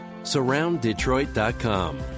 SurroundDetroit.com